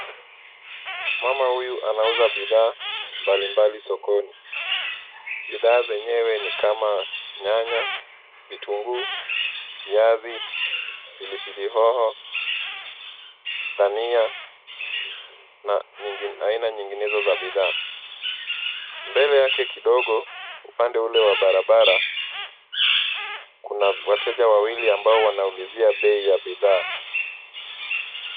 Mama huyu anauza bidhaa mbalimbali sokoni, bidhaa zenyewe ni kama; nyanya, vitunguu, viazi, pilipili hoho, dania na aina nyinginezo za bidhaa, mbele yake kidogo upande ule wa barabara, kuna wateja wawili ambao wanaulizia bei ya bidhaa.